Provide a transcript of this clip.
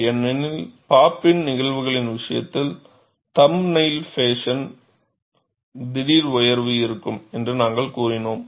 ஏனெனில் pop in நிகழ்வுகளின் விஷயத்தில் தம்பு நெயில் பேஷன் திடீர் உயர்வு இருக்கும் என்று நாங்கள் கூறினோம்